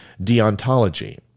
deontology